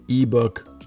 ebook